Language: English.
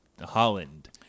Holland